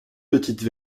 petites